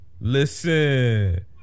listen